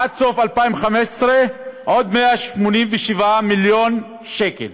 עד סוף 2015 עוד 187 מיליון שקל,